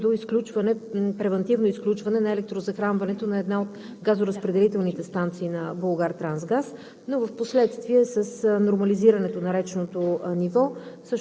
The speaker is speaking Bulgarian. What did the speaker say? където в резултат на покачване нивото на река Блато се стигна до превантивно изключване на електрозахранването на една от газоразпределителните станции на „Булгартрансгаз“.